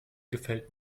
gefällt